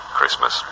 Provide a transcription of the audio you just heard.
Christmas